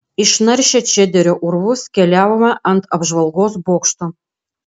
išnaršę čederio urvus keliavome ant apžvalgos bokšto